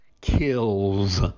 kills